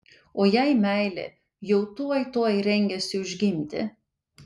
o jei meilė jau tuoj tuoj rengėsi užgimti